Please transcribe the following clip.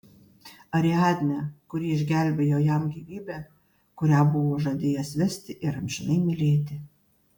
ariadnę kuri išgelbėjo jam gyvybę kurią buvo žadėjęs vesti ir amžinai mylėti